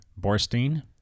Borstein